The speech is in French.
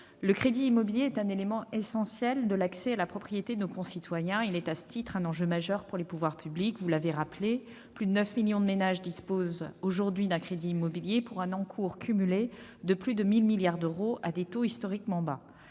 le crédit immobilier est un élément essentiel de l'accès à la propriété de nos concitoyens. Il est, à ce titre, un enjeu majeur pour les pouvoirs publics. Plus de 9 millions de ménages disposent aujourd'hui d'un crédit immobilier, pour un encours cumulé de plus de 1 000 milliards d'euros, à des taux historiquement bas.